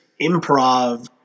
improv